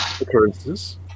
occurrences